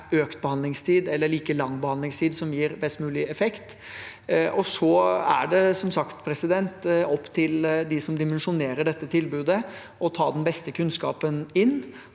økt behandlingstid eller like lang behandlingstid som gir best mulig effekt. Det er som sagt opp til dem som dimensjonerer dette tilbudet, å ta den beste kunnskapen inn.